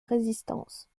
résistance